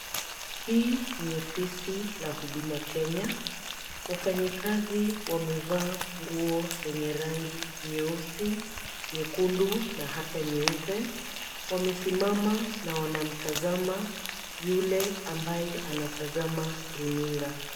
Hii ni ofisi la huduma Kenya. Wafanyakazi wamevaa nguo lenye rangi nyeusi, nyekundu na hata nyeupe. Wamesimama na wanamtazama yule ambaye anatazama runinga.